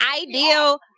Ideal